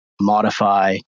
modify